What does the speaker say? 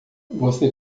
você